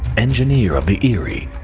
engineer of the eerie.